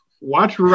Watch